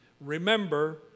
Remember